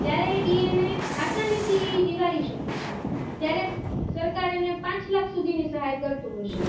ત્યારે એ એને આસાનીથી નિવારી શકે છે ત્યારે સરકાર એને પાંચ લાખ સુધીની સહાય કરતું હોય છે